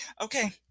okay